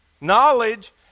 Knowledge